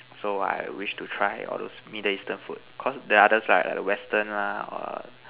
so I wish to try all those middle Eastern food cause the other side the Western lah or